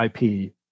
IP